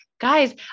guys